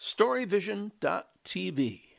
Storyvision.tv